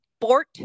sport